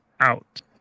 out